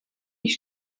ich